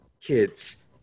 kids